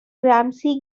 ramsey